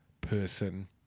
person